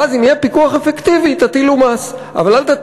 ואז אם יהיה פיקוח אפקטיבי,